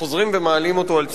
חוזרים ומעלים אותו על סדר-יומנו.